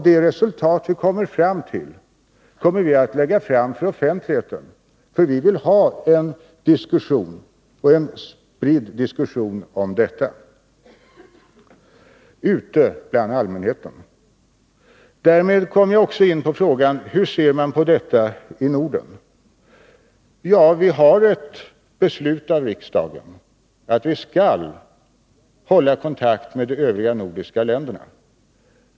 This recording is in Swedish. De resultat vi når kommer vi att lägga fram för offentligheten, för vi vill ha en spridd diskussion om detta ute bland allmänheten. Därmed kommer jag också in på frågan: Hur ser man på detta i Norden? Vi har ett beslut av riksdagen att regeringen skall hålla kontakt med de övriga nordiska länderna.